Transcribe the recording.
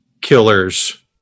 killers